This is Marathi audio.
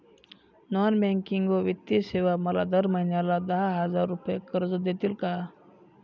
नॉन बँकिंग व वित्तीय सेवा मला दर महिन्याला दहा हजार रुपये कर्ज देतील का?